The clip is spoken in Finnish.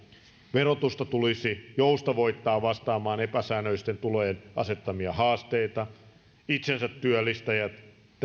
verotusta tulisi joustavoittaa vastaamaan epäsäännöllisten tulojen asettamia haasteita itsensä työllistäjien